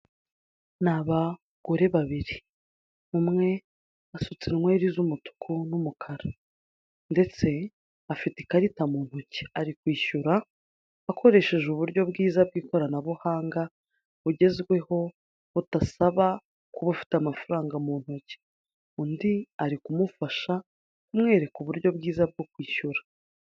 Ni abagore babiri, umwe asutse inweri z'umutuku n'umukara ndetse afite ikarita mu ntoki ari kwishyura akoresheje uburyo bwiza bw'ikoranabuhanaga bugezweho budasaba kuba ufite amafaranga mu ntoki. Undi ari kumufasha amwereka uburyo bwiza bwo kwishyura.